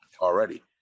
already